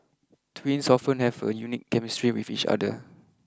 twins often have a unique chemistry with each other